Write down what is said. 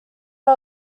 are